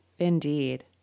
Indeed